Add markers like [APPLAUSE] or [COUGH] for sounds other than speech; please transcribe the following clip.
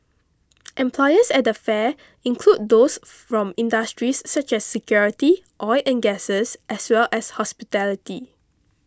[NOISE] employers at the fair include those from industries such as security oil and gases as well as hospitality